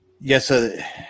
Yes